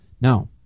Now